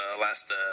last